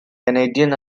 canadian